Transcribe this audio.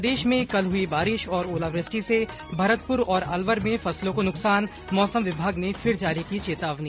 प्रदेश में कल हुई बारिश और ओलावृष्टि से भरतपुर और अलवर में फसलों को नुकसान मौसम विभाग ने फिर जारी की चेतावनी